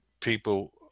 people